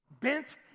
Bent